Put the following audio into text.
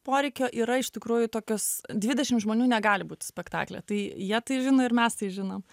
poreikio yra iš tikrųjų tokios dvidešim žmonių negali būti spektaklyje tai jie tai žino ir mes tai žinom